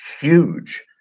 huge